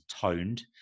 toned